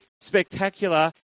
spectacular